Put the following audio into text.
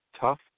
Tough